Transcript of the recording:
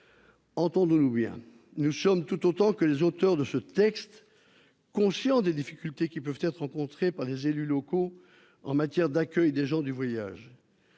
Entendons-nous bien : nous sommes, tout autant que les auteurs de ce texte, conscients des difficultés qui peuvent être rencontrées par les élus locaux en matière d'accueil des gens du voyage.